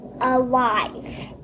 alive